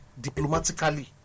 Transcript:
diplomatically